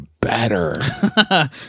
better